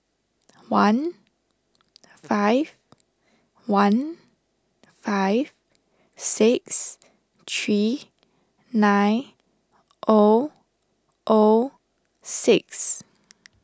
one five one five six three nine O O six